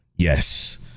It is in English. Yes